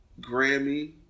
Grammy